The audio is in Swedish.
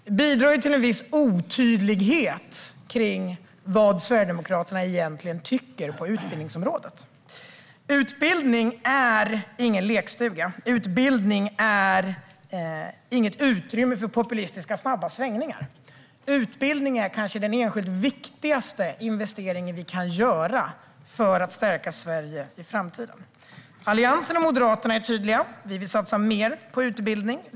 Det bidrar till en viss otydlighet om vad Sverigedemokraterna egentligen tycker på utbildningsområdet. Utbildning är ingen lekstuga. Utbildning är inget utrymme för populistiska snabba svängningar. Utbildning är kanske den enskilt viktigaste investeringen vi kan göra för att stärka Sverige i framtiden. Alliansen och Moderaterna är tydliga. Vi vill satsa mer på utbildning.